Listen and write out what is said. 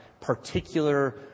particular